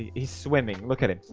he's swimming look at it.